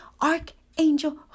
archangel